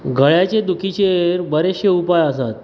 गळ्याचे दुखीचेर बरेचशे उपाय आसात